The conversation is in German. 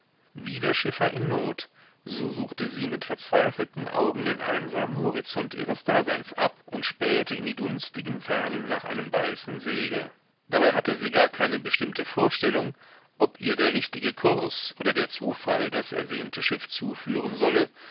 wie der schiffer in not so suchte sie mit verzweifelten augen den einsamen horizont ihres daseins ab und spähte in die dunstigen fernen nach einem weißen segel dabei hatte sie gar keine bestimmte vorstellung ob ihr der richtige kurs oder der zufall das ersehnte schiff zuführen solle